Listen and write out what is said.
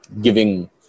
giving